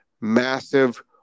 massive